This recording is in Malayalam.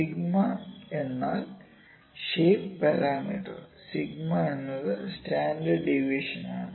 സിഗ്മ 𝞂 എന്നാൽ ഷേപ്പ് പാരാമീറ്റർ സിഗ്മ 𝞂 എന്നത് സ്റ്റാൻഡേർഡ് ഡീവിയേഷനാണ്